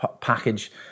package